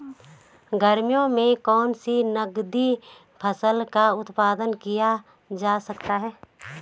गर्मियों में कौन सी नगदी फसल का उत्पादन किया जा सकता है?